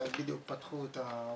שאז בדיוק פתחו את האולמות,